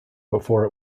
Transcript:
before